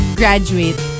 graduate